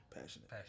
passionate